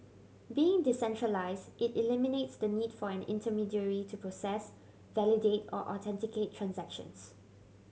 being decentralised it eliminates the need for an intermediary to process validate or authenticate transactions